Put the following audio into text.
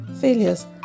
failures